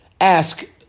ask